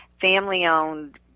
family-owned